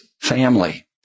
family